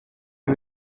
you